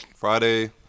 Friday